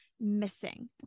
missing